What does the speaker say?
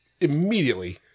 Immediately